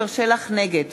נגד